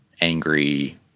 angry